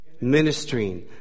ministering